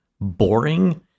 boring